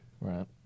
Right